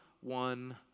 one